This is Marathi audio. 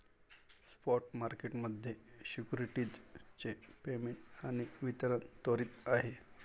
स्पॉट मार्केट मध्ये सिक्युरिटीज चे पेमेंट आणि वितरण त्वरित आहे